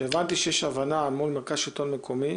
הבנתי שיש הבנה מול השלטון המקומי